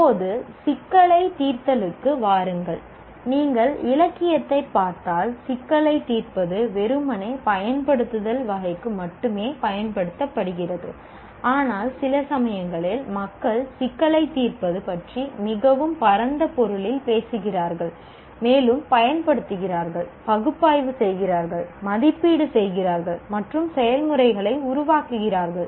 இப்போது சிக்கலைத் தீர்த்தலுக்கு வாருங்கள் நீங்கள் இலக்கியத்தைப் பார்த்தால் சிக்கலைத் தீர்ப்பது வெறுமனே பயன்படுத்துதல் வகைக்கு மட்டுமே பயன்படுத்தப்படுகிறது ஆனால் சில சமயங்களில் மக்கள் சிக்கலைத் தீர்ப்பது பற்றி மிகவும் பரந்த பொருளில் பேசுகிறார்கள் மேலும் பயன்படுத்துகிறார்கள் பகுப்பாய்வு செய்கிறார்கள் மதிப்பீடு செய்கிறார்கள் மற்றும் செயல்முறைகளை உருவாக்குகிறார்கள்